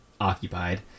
occupied